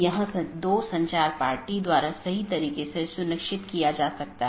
वर्तमान में BGP का लोकप्रिय संस्करण BGP4 है जो कि एक IETF मानक प्रोटोकॉल है